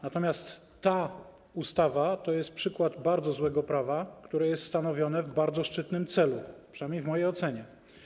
Natomiast ta ustawa to przykład bardzo złego prawa, które jest stanowione w bardzo szczytnym celu, przynajmniej w mojej ocenie.